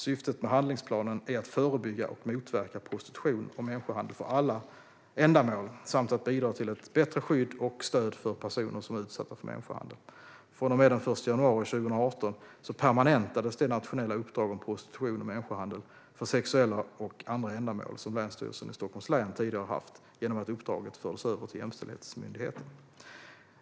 Syftet med handlingsplanen är att förebygga och motverka prostitution och människohandel för alla ändamål samt att bidra till ett bättre skydd och stöd för personer som är utsatta för människohandel. Från och med den 1 januari 2018 permanentades det nationella uppdrag om prostitution och människohandel för sexuella och andra ändamål som Länsstyrelsen i Stockholms län tidigare har haft genom att uppdraget fördes över till Jämställdhetsmyndigheten.